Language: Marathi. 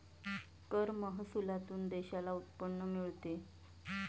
कर महसुलातून देशाला उत्पन्न मिळते